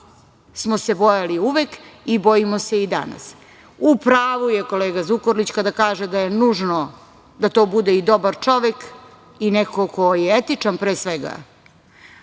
smo se bojali uvek i bojimo se i danas.U pravu je kolega Zukorlić kada kaže da je nužno da to bude i dobar čovek i neko ko je etičan pre svega,